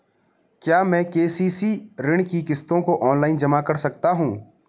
क्या मैं के.सी.सी ऋण की किश्तों को ऑनलाइन जमा कर सकता हूँ?